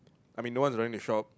I mean no one is going the shop